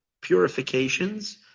purifications